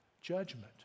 judgment